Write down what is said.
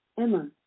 Emma